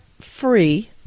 free